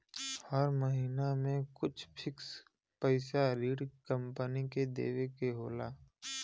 हर महिना में कुछ फिक्स पइसा ऋण कम्पनी के देवे के होला